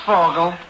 Fogle